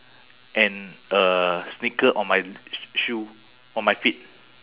and a sneaker on my shoe on my feet